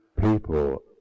people